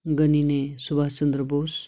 गनिने Subhash Chandra Bose